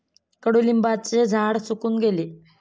कडुलिंबाचे झाड सुकून गेले